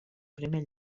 primer